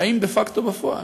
חיים דה-פקטו, בפועל.